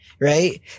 right